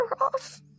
off